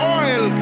oil